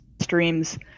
streams